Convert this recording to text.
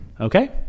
Okay